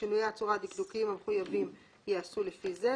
ושינויי הצורה הדקדוקיים המחויבים ייעשו לפי זה,